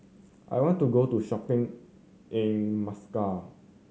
I want to go to shopping in Muscat